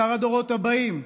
שר הדורות הבאים.